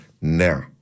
now